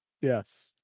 Yes